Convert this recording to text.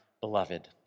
beloved